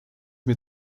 mir